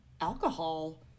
alcohol